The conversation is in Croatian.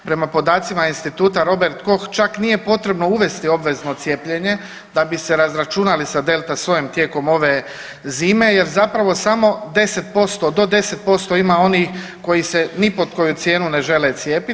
Prema podacima Instituta Robert Koch čak nije potrebno uvesti obvezno cijepljenje da bi se razračunali sa delta sojem tijekom ove zime jer zapravo samo 10%, do 10% ima onih koji se ni pod koju cijenu ne žele cijepiti.